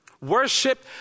Worship